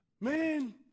man